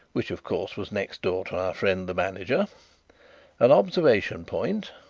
which, of course, was next door to our friend the manager an observation point,